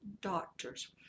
doctors